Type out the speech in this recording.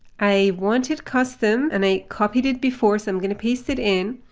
i wanted custom and i copied it before, so i'm going to paste it in.